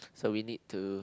so we need to